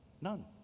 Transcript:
none